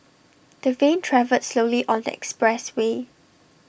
the van travelled slowly on the expressway